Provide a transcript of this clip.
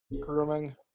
Grooming